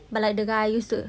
but like the guy I used to